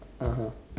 (uh huh)